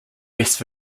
west